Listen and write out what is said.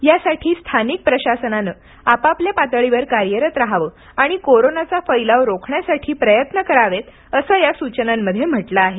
यासाठी स्थानिक प्रशासनानं आपापल्या पातळीवर कार्यरत राहवं आणि कोरोनाचा फैलाव रोखण्यासाठी प्रयत्न करावेत असं या सूचनांमध्ये म्हटलं आहे